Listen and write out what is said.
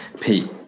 Pete